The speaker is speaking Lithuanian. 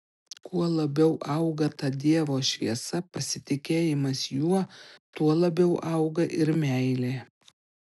kuo labiau auga ta dievo šviesa pasitikėjimas juo tuo labiau auga ir meilė